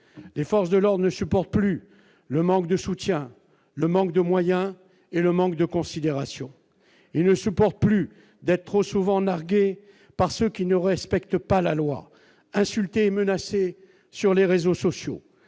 les forces de l'or ne supportent plus le manque de soutien, le manque de moyens et le manque de considération, ils ne supportent plus d'être trop souvent narguer par ceux qui ne respectent pas la loi, insulté et menacé sur les réseaux sociaux,